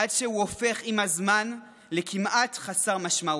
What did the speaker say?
עד שהוא הופך עם הזמן לכמעט חסר משמעות.